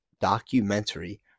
documentary